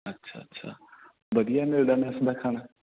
ਅੱਛਾ ਅੱਛਾ ਵਧੀਆ ਮਿਲਦਾ ਮੈੱਸ ਦਾ ਖਾਣਾ